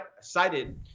cited